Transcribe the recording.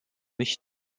nicht